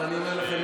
אבל אני אומר לכם,